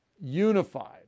unified